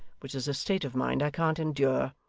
which is a state of mind i can't endure.